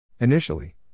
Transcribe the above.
Initially